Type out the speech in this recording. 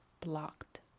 blocked